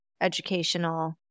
educational